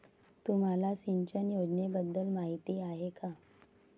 तुम्हाला सिंचन योजनेबद्दल माहिती आहे का?